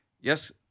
Yes